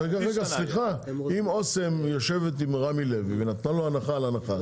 סליחה אם אוסם יושבת עם רמי לוי ונתנה לו הנחה על הנחה,